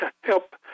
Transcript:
help